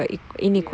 ya